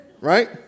right